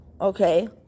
Okay